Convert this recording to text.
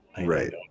Right